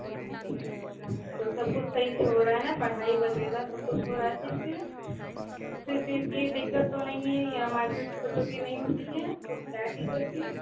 हाँ जी अच्छा तो सब कुछ सही से हो रहा है ना पढ़ाई वग़ैरह सब कुछ हो रहा है सही से किसी चीज़ की दिक़्क़त तो नहीं है या मार पीट तो बच्चों की नहीं होती है कुछ राय टीचर्स की